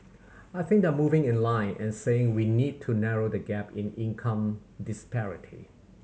I think they are moving in line and saying we need to narrow the gap in income disparity